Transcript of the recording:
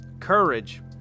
courage